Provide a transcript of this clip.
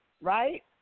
right